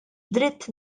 dritt